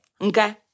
okay